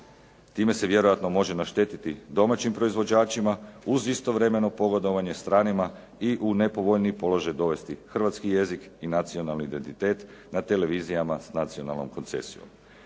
Time se vjerojatno može naštetiti domaćim proizvođačima uz istovremeno pogodovanje stranima i u nepovoljniji položaj dovesti hrvatski jezik i nacionalni identitet na televizijama sa nacionalnom koncesijom,